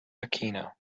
aquino